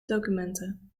documenten